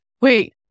wait